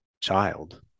child